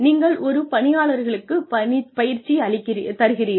நீங்கள் ஒரு பணியாளருக்கு பயிற்சி தருகிறீர்கள்